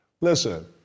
Listen